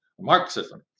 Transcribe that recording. Marxism